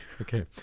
Okay